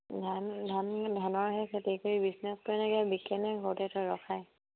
ধান ধান ধানৰ সেই খেতি কৰি বিজনেছ কৰে নে কি বিকেনে ঘৰতে থৈ ৰখায়